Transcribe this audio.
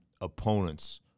opponents